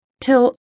till